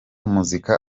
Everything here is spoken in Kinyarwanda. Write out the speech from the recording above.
muzika